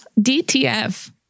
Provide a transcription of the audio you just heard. dtf